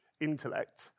intellect